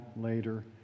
later